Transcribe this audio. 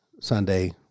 Sunday